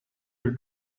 your